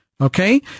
Okay